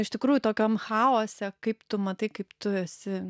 iš tikrųjų tokiam chaose kaip tu matai kaip tu esi